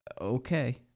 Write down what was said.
Okay